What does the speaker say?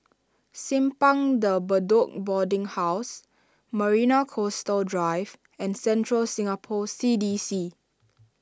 Simpang De Bedok Boarding House Marina Coastal Drive and Central Singapore C D C